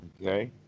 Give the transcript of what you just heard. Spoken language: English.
Okay